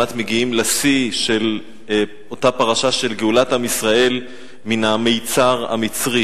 כמעט מגיעים לשיא של אותה פרשה של גאולת עם ישראל מן המצר המצרי.